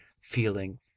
feeling